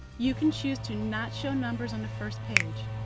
you can choose to not show numbers on the first page.